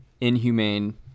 inhumane